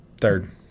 Third